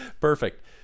Perfect